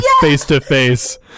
face-to-face